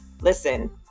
listen